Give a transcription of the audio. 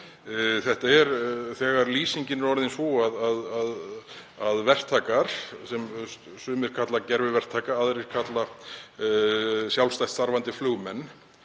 væri viðhaft. Lýsingin er orðin sú að verktakar, sem sumir kalla gerviverktaka, aðrir kalla sjálfstætt starfandi flugmenn,